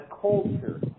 culture